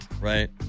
Right